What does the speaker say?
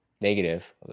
negative